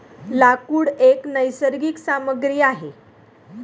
लाकूड एक नैसर्गिक सामग्री आहे